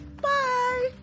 Bye